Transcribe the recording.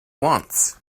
wants